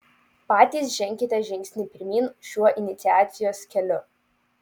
patys ženkite žingsnį pirmyn šiuo iniciacijos keliu